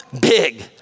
big